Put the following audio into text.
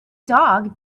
dog